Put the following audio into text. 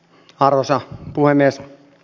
arvoisa puhemies